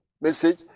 message